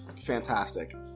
fantastic